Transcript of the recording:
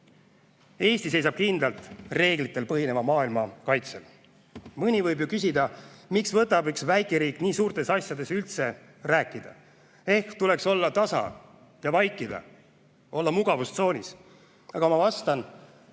Eesti seisab kindlalt reeglitel põhineva maailma kaitsel. Mõni võib ju küsida, miks võtab üks väikeriik nii suurtes asjades üldse rääkida. Ehk tuleks olla tasa ja vaikida, olla mugavustsoonis? Aga ma vastan: